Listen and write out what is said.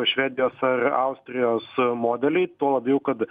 švedijos ar austrijos modelį tuo labiau kad